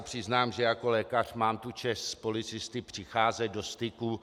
Přiznám se, že jako lékař mám tu čest s policisty přicházet do styku.